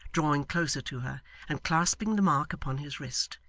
drawing closer to her and clasping the mark upon his wrist.